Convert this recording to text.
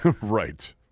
right